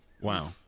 Wow